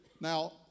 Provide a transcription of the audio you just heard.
Now